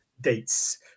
dates